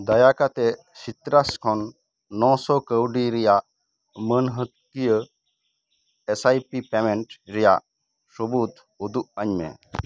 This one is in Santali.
ᱫᱟᱭᱟ ᱠᱟᱛᱮᱜ ᱥᱤᱛᱨᱟᱥ ᱠᱷᱚᱱ ᱱᱚᱥᱚ ᱠᱟ ᱣᱰᱤ ᱨᱮᱭᱟᱜ ᱢᱟ ᱱ ᱦᱟ ᱛᱤᱭᱟ ᱮᱥ ᱟᱭ ᱯᱤ ᱯᱮᱢᱮᱱᱴ ᱨᱮᱭᱟᱜ ᱥᱚᱵᱩᱛ ᱩᱫᱩᱜ ᱟ ᱧᱢᱮ